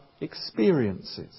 experiences